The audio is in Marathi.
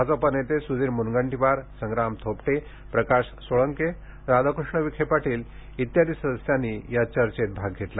भाजपा नेते सुधीर मुनगंटीवार संग्राम थोपटे प्रकाश सोळंके राधाकृष्ण विखे पाटील इत्यादि सदस्यांनी या चर्चेत सहभाग घेतला